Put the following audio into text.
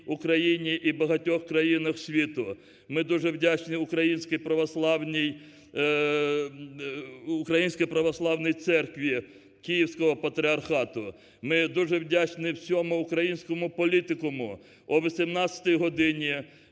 Україні і багатьох країнах світу. Ми дуже вдячні Українській Православній Церкві Київського патріархату. Ми дуже вдячні всьому українському політикуму, о 18-й годині